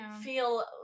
feel